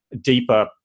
deeper